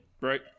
right